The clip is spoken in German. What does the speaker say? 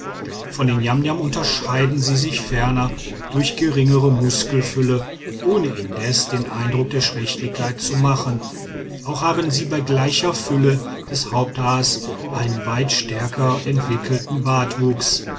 von den niamniam unterscheiden sie sich ferner durch geringere muskelfülle ohne indessen den eindruck der schwächlichkeit zu machen auch haben sie bei gleicher fülle des haupthaars einen weit stärker entwickelten bartwuchs